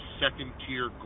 second-tier